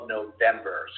November